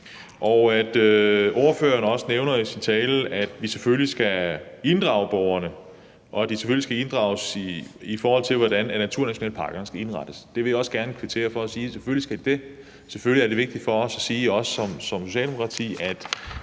også at ordføreren i sin tale nævner, at vi selvfølgelig skal inddrage borgerne, og at de selvfølgelig skal inddrages, i forhold til hvordan naturnationalparkerne skal indrettes. Det vil jeg gerne kvittere for og sige, at selvfølgelig skal de det. Det er også vigtigt for os som Socialdemokrati at